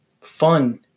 fun